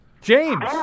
James